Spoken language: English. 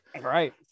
Right